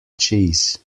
cheese